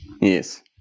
Yes